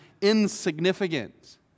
insignificant